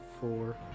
four